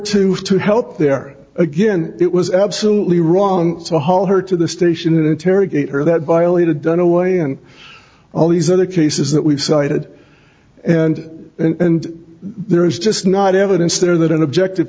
have to help there again it was absolutely wrong to haul her to the station interrogate her that violated dunaway and all these other cases that we've cited and and there is just not evidence there that an objective